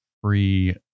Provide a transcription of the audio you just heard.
free